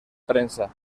prensa